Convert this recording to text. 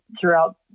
throughout